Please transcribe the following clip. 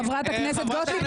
חברת הכנסת גוטליב,